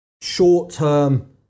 short-term